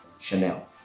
Chanel